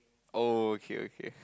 oh okay okay